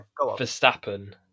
Verstappen